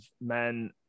men